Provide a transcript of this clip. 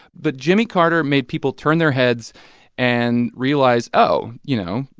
but jimmy carter made people turn their heads and realize, oh, you know,